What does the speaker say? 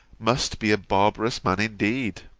must be a barbarous man indeed.